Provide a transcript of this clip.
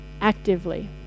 actively